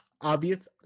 Obvious